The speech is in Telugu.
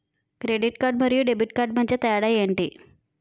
క్రెడిట్ కార్డ్ మరియు డెబిట్ కార్డ్ మధ్య తేడా ఎంటి?